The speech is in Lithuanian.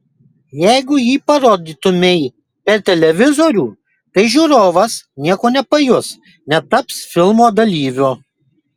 jeigu jį parodytumei per televizorių tai žiūrovas nieko nepajus netaps filmo dalyviu